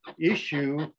issue